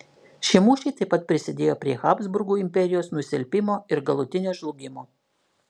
šie mūšiai taip pat prisidėjo prie habsburgų imperijos nusilpimo ir galutinio žlugimo